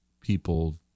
people